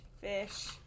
fish